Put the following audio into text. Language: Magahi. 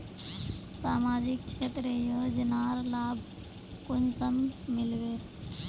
सामाजिक क्षेत्र योजनार लाभ कुंसम मिलबे?